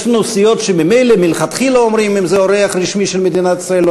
יש לנו סיעות שממילא מלכתחילה אומרות שאם זה אורח רשמי של מדינת ישראל,